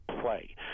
play